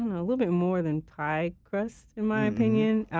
a little bit more than pie crust in my opinion.